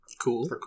Cool